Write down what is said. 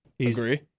Agree